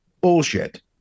bullshit